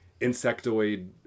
insectoid